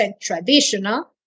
traditional